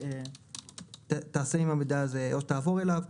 יכול לעבור אליו.